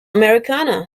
americana